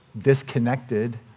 disconnected